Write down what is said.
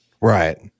Right